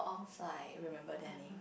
so I remember their name